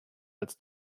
als